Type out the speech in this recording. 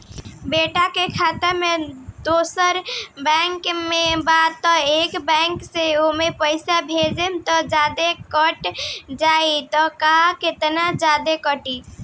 बेटा के खाता दोसर बैंक में बा त ए बैंक से ओमे पैसा भेजम त जादे कट जायी का त केतना जादे कटी?